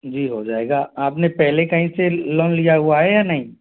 जी हो जाएगा आप ने पहले कहीं से लोन लिया हुआ है या नहीं